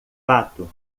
fato